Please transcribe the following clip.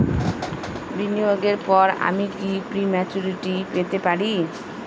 বিনিয়োগের পর আমি কি প্রিম্যচুরিটি পেতে পারি?